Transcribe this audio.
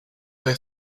they